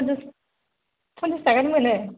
पनसास पनसास थाखानि मोनो